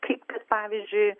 kaip ir pavyzdžiui